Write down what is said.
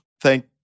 Thank